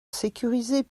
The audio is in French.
sécurisés